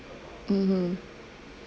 mmhmm